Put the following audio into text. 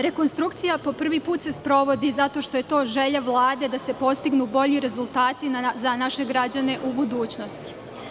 Rekonstrukcija po prvi put se sprovodi zato što je to želja Vlade da se postignu bolji rezultati za naše građane u budućnosti.